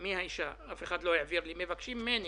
אני חושב שלא יהיה מנוס,